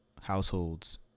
households